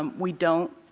um we don't,